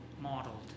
modeled